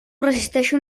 resisteixo